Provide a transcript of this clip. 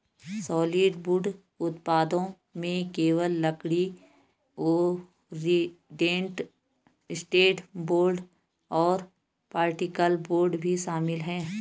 solid wood उत्पादों में केवल लकड़ी, ओरिएंटेड स्ट्रैंड बोर्ड और पार्टिकल बोर्ड भी शामिल है